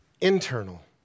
internal